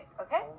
okay